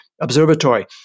observatory